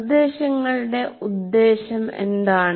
നിർദേശങ്ങളുടെ ഉദ്ദേശ്യം എന്താണ്